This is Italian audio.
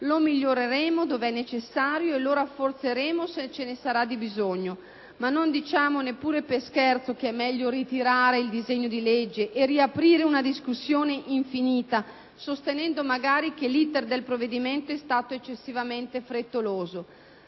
Lo miglioreremo dove necessario e lo rafforzeremo, se ce ne sarà bisogno, ma non diciamo neppure per scherzo che è meglio ritirare il disegno di legge e riaprire una discussione infinita, sostenendo magari che l'*iter* del provvedimento è stato eccessivamente frettoloso.